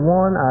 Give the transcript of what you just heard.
one